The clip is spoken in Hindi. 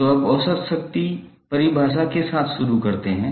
तो अब औसत शक्ति परिभाषा के साथ शुरू करते हैं